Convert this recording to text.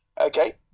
Okay